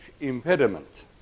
impediment